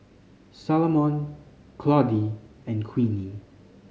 Salomon Claudie and Queenie